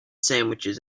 sandwiches